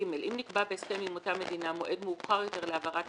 (ג) אם נקבע בהסכם עם אותה מדינה מועד מאוחר יותר להעברת